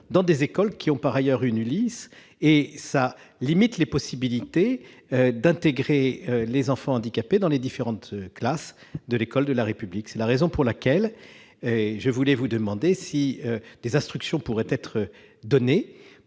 dans des écoles qui ont, par ailleurs, une ULIS, comme cela limite les possibilités d'intégrer les enfants handicapés dans les différentes classes de l'école de la République. C'est la raison pour laquelle je voulais vous demander si des instructions pourraient être données